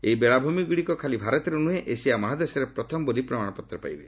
ଏହି ବେଳାଭୂମିଗୁଡ଼ିକ ଖାଲି ଭାରତରେ ନୁହେଁ ଏସିଆ ମହାଦେଶରେ ପ୍ରଥମ ବୋଲି ପ୍ରମାଣପତ୍ର ପାଇବେ